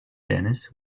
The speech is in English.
dennis